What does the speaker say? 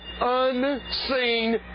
unseen